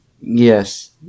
Yes